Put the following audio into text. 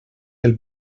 del